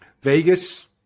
Vegas –